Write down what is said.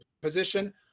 position